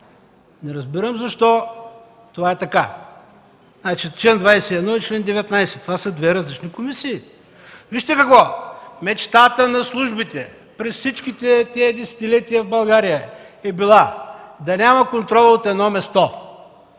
Не разбирам защо това е така. Член 21 и чл. 19 са две различни комисии. Вижте какво, мечтата на службите през всичките тези десетилетия в България е била да няма контрол от едно място.